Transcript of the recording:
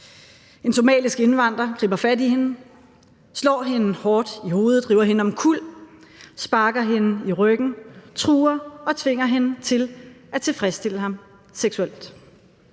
En somalisk indvandrer griber fat i hende, slår hende hårdt i hovedet, river hende omkuld, sparker hende i ryggen, truer hende og tvinger hende til at tilfredsstille sig seksuelt.